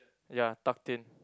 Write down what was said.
ya tucked in